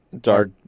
Dark